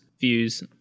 views